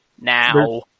now